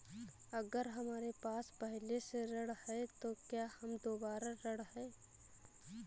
अगर हमारे पास पहले से ऋण है तो क्या हम दोबारा ऋण हैं?